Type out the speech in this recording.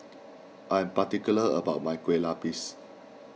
I am particular about my Kueh Lapis